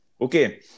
Okay